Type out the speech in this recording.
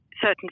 certain